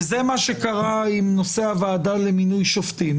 זה מה שקרה עם הנושא של הוועדה למינוי שופטים